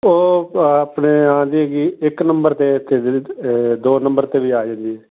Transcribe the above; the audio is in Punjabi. ਉਹ ਆਪਣੇ ਆਉਂਦੀ ਹੈਗੀ ਇੱਕ ਨੰਬਰ 'ਤੇ ਇੱਥੇ ਜਿਹਦੇ ਅਤੇ ਦੋ ਨੰਬਰ 'ਤੇ ਵੀ ਆ ਜਾਂਦੀ ਏ